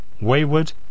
Wayward